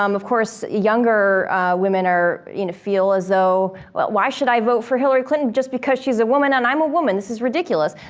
um of course, younger women are, you know, feel as though, why should i vote for hillary clinton just because she's a woman and i'm a woman? this is ridiculous.